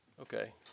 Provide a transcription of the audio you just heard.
okay